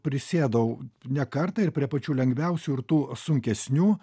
prisėdau ne kartą ir prie pačių lengviausių ir tų sunkesnių